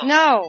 no